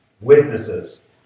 witnesses